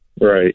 Right